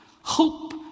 hope